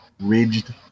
ridged